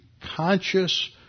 conscious